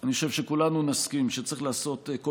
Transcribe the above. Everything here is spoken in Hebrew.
אני חושב שכולנו נסכים שצריך לעשות כל